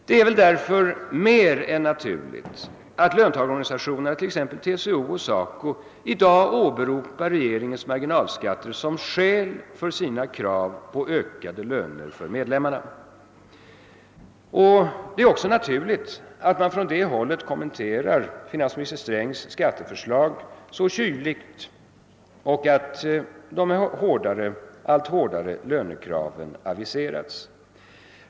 Det är väl därför mer än naturligt att löntagarorganisationerna, t.ex. TCO och SACO, i dag åberopar regeringens marginalskatter som skäl för sina krav på ökade löner för medlemmarna. Det är också naturligt, att man från det hållet kommenterar finansminister Strängs skatteförslag så kyligt och att allt hårdare lönekrav aviseras.